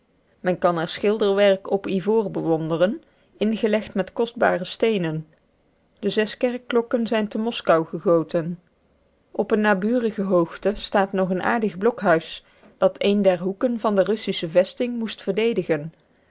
men kan er schilderwerk op ivoor bewonderen ingelegd met kostbare steenen de zes kerkklokken zijn te moscou gegoten op eene naburige hoogte staat nog een aardig blokhuis dat een der hoeken van de russische vesting moest verdedigen